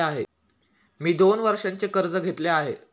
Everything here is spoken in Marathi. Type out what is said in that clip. मी दोन वर्षांचे कर्ज घेतले आहे